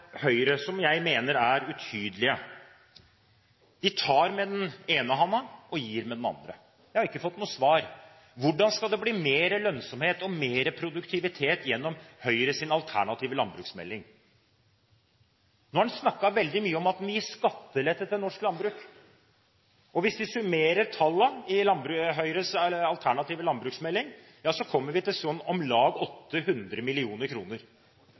De tar med den ene hånden og gir med den andre. Jeg har ikke fått noe svar. Hvordan skal det bli mer lønnsomhet og mer produktivitet gjennom Høyres alternative landbruksmelding? Nå har en snakket veldig mye om at en må gi skattelette til norsk landbruk. Hvis vi summerer tallene i Høyres alternative landbruksmelding, kommer vi til om lag 800